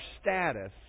status